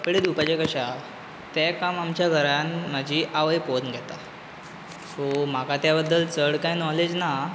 कपडे धुंवपाचे कशें हा तें काम आमच्या घरांत म्हजी आवय पळोवन घेता सो म्हाका ते बद्दल चड कांय नॉलेज ना